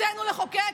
זכותנו לחוקק,